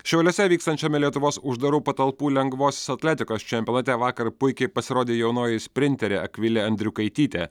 šiauliuose vykstančiame lietuvos uždarų patalpų lengvosios atletikos čempionate vakar puikiai pasirodė jaunoji sprinterė akvilė andriukaitytė